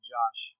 Josh